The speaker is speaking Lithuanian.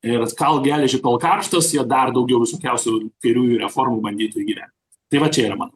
ir kalk geležį kol karštas jie dar daugiau visokiausių kairiųjų reformų bandytų įgyvendint tai va čia yra mano